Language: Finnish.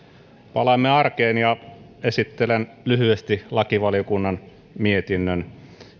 palaamme arkeen ja esittelen lyhyesti lakivaliokunnan mietinnön